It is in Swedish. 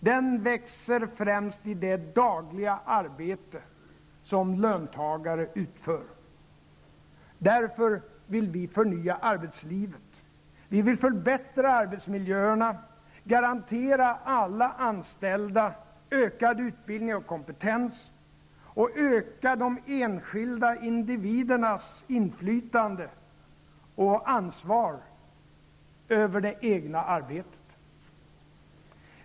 Den växer främst i det dagliga arbete som löntagare utför. Därför vill vi förnya arbetslivet. Vi vill förbättra arbetsmiljöerna, garantera alla anställda ökad utbildning och kompetens och öka de enskilda individernas inflytande och ansvar över det egna arbetet.